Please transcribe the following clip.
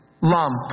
lump